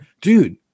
dude